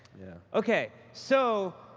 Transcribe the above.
yeah. ok, so,